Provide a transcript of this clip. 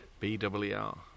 BWR